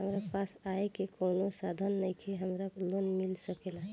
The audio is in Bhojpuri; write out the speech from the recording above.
हमरा पास आय के कवनो साधन नईखे हमरा लोन मिल सकेला?